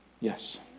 Yes